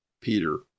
Peter